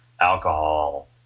alcohol